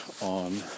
on